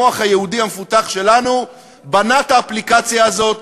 המוח היהודי המפותח שלנו בנה את האפליקציה הזאת,